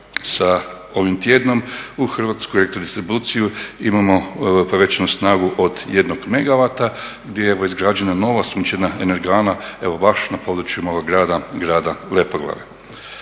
sa ovim tjednom u Hrvatskoj distribuciji imamo povećanu snagu od 1 megavata gdje je evo izgrađena nova sunčana energana evo baš na području moga grada, grada Lepoglave.